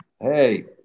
Hey